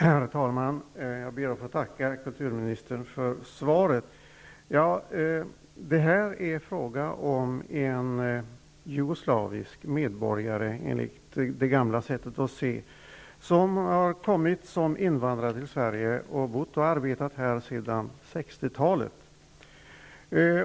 Herr talman! Jag ber att få tacka kulturministern för svaret. Här är det fråga om en manlig jugoslavisk medborgare enligt det gamla synsättet som har kommit som invandrare till Sverige. Den här personen bor och arbetar här sedan 60-talet.